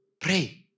Pray